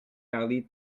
parlé